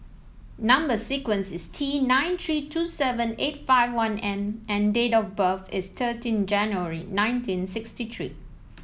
number sequence is T nine three two seven eight five one N and date of birth is thirteen January nineteen sixty three